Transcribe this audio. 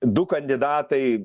du kandidatai